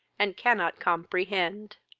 and cannot comprehend.